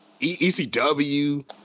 ECW